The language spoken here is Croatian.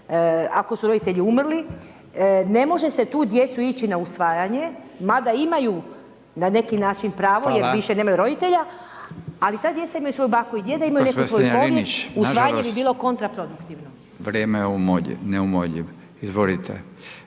ako su roditelji umrli, ne može se tu djecu ići na usvajanje, mada imaju na neki način pravo jer više nemaju roditelja, ali ta djeca imaju svoju baku i djeda i imaju neku svoju povijest, usvajanje bi bilo kontra produktivno. **Radin, Furio